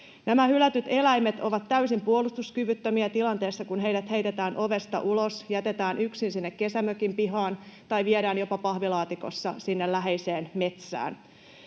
Nämä hylätyt eläimet ovat täysin puolustuskyvyttömiä siinä tilanteessa, kun heidät heitetään ovesta ulos, jätetään yksin sinne kesämökin pihaan tai viedään jopa pahvilaatikossa sinne läheiseen metsään.